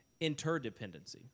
interdependency